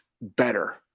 better